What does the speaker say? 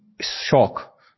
shock